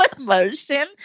emotion